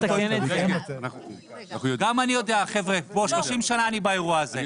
יהיה --- חבר'ה, 30 שנה אני באירוע הזה,